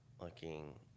looking